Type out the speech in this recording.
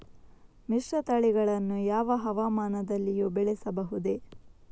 ಮಿಶ್ರತಳಿಗಳನ್ನು ಯಾವ ಹವಾಮಾನದಲ್ಲಿಯೂ ಬೆಳೆಸಬಹುದೇ?